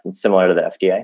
similar to the fda. yeah